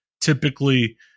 typically